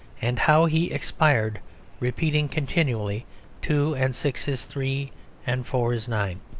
and how he expired repeating continually two and six is three and four is nine.